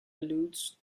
alludes